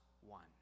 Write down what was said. one